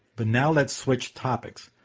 but now let's switch topics.